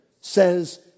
says